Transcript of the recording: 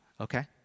okay